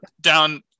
down